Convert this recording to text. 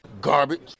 Garbage